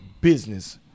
business